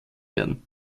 werden